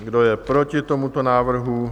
Kdo je proti tomuto návrhu?